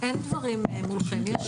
לא, אין דברים מולכם.